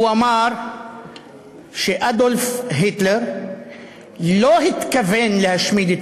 הוא אמר שאדולף היטלר לא התכוון להשמיד את